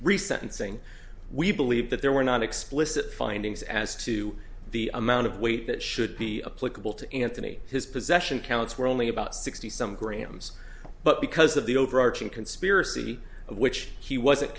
and saying we believe that there were not explicit findings as to the amount of weight that should be a political to anthony his possession counts were only about sixty some graham's but because of the overarching conspiracy which he wasn't